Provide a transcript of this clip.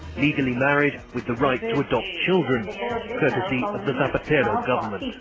legally married, with the right to adopt children courtesy of the government.